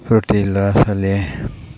প্ৰতি ল'ৰা ছোৱালীয়ে